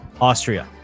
Austria